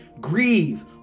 Grieve